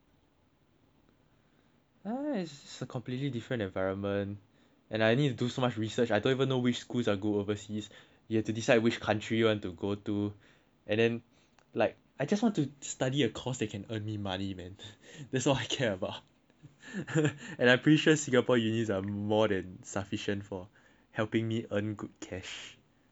ah it's a completely different environment and I need to do so much research I don't even know which schools are good overseas you have to decide which country to go to and then like I just want to study a course that can earn me money man that's all I care about and I'm pretty sure Singapore unis are more than sufficient for helping me earn good cash so I'm I'm happy